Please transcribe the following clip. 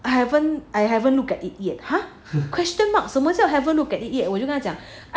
I haven't I haven't looked at it yet !huh! her question mark 什么叫 haven't looked at it yet 我就跟他讲